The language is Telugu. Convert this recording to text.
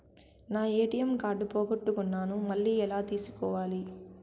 నా ఎ.టి.ఎం కార్డు పోగొట్టుకున్నాను, మళ్ళీ ఎలా తీసుకోవాలి?